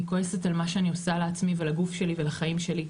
אני כועסת על מה שאני עושה לעצמי ולגוף שלי ולחיים שלי,